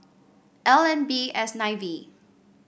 L N B S nine V